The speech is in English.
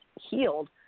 healed